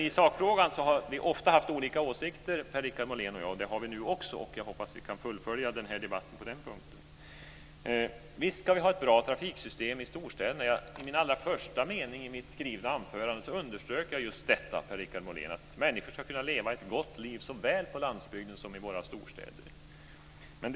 I sakfrågan har Per-Richard Molén och jag ofta haft olika åsikter, och det har vi nu också. Jag hoppas att vi kan fullfölja debatten på den punkten. Visst ska vi ha ett bra trafiksystem i storstäderna. I den allra första meningen i mitt skrivna anförande underströk jag just detta att människor ska kunna leva ett gott liv såväl på landsbygden som i våra storstäder.